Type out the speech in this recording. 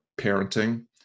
parenting